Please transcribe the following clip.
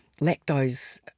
lactose